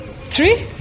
Three